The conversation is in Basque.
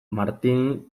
martini